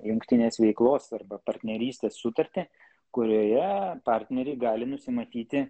jungtinės veiklos arba partnerystės sutartį kurioje partneriai gali nusimatyti